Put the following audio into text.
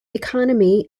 economy